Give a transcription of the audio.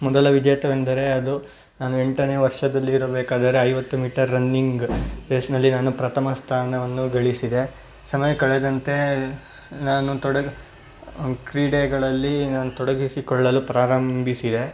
ಮೊದಲ ವಿಜೇತವೆಂದರೆ ಅದು ನಾನು ಎಂಟನೇ ವರ್ಷದಲ್ಲಿರಬೇಕಾದರೆ ಐವತ್ತು ಮೀಟರ್ ರನ್ನಿಂಗ್ ರೇಸ್ನಲ್ಲಿ ನಾನು ಪ್ರಥಮ ಸ್ಥಾನವನ್ನು ಗಳಿಸಿದೆ ಸಮಯ ಕಳೆದಂತೆ ನಾನು ತೊಡ ಕ್ರೀಡೆಗಳಲ್ಲಿ ನಾನು ತೊಡಗಿಸಿಕೊಳ್ಳಲು ಪ್ರಾರಂಭಿಸಿದೆ